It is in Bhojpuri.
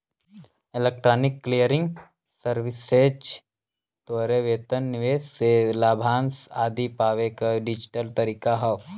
इलेक्ट्रॉनिक क्लियरिंग सर्विसेज तोहरे वेतन, निवेश से लाभांश आदि पावे क डिजिटल तरीका हौ